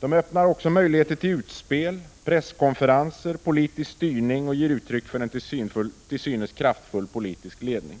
De öppnar också möjligheter till utspel, presskonferenser och politisk styrning samt ger uttryck för en till synes kraftfull politisk ledning.